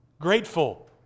grateful